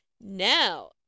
Now